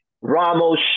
Ramos